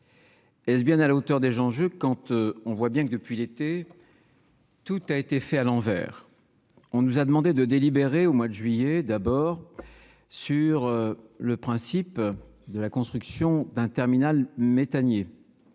est-ce bien à la hauteur des gens je compte, on voit bien que, depuis l'été. Tout a été fait à l'envers, on nous a demandé de délibéré au mois de juillet, d'abord sur le principe de la construction d'un terminal méthanier